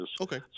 Okay